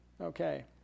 Okay